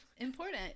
Important